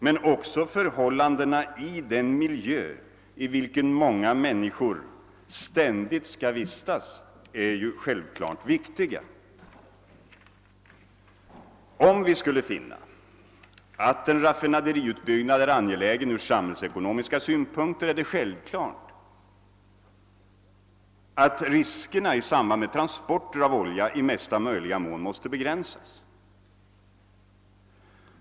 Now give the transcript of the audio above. Men förhållandena i den miljö i vilken många människor ständigt skall vistas är självklart också viktiga. Om vi skulle finna att en raffinaderiutbyggnad är angelägen ur samhällsekonomiska synpunkter är det självklart att riskerna i samband med transporter av olja i mesta möjliga mån måste begränsas.